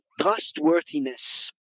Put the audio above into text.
trustworthiness